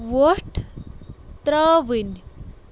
وۄٹھ ترٛاوٕنۍ